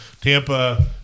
Tampa